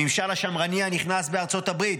הממשל השמרני הנכנס בארצות הברית,